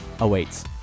awaits